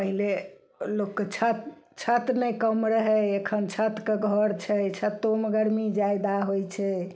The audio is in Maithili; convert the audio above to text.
पहिले लोकके छत छत नहि रहय अखन छतके घर छै छतोमे गरमी जादा होइ छै